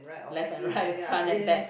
left and right front and back